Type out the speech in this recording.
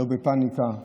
לא בפניקה.